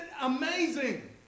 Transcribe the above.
amazing